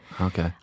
Okay